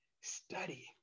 study